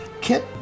Kit